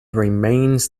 remains